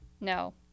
No